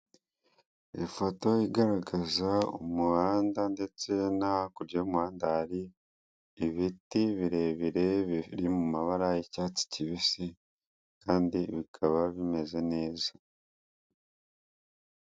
Ifoto igaragaza umuhanda ndetse no hakurya y'umuhanda hari ibiti birebire, biri mu mabara y'icyatsi kibisi kandi bikaba bimeze neza